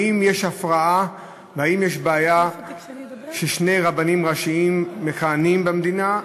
אם יש הפרעה ואם יש בעיה ששני רבנים ראשיים מכהנים במדינה,